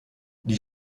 die